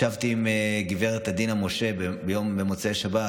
ישבתי עם הגברת עדינה משה במוצאי שבת.